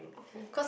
okay